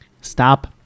Stop